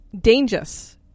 Dangerous